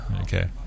Okay